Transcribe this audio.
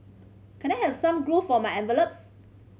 can I have some glue for my envelopes